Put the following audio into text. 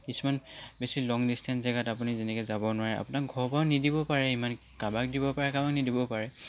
কিছুমান বেছি long distance জেগাত আপুনি যেনেকৈ যাব নোৱাৰে আপোনাক ঘৰৰ পৰাও নিদিব পাৰে ইমান কাৰোবাক দিব পাৰে কাৰোবাক নিদিব পাৰে